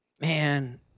man